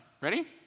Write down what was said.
Ready